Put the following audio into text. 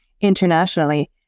internationally